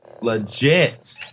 legit